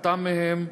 הרחקתם מהם,